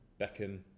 Beckham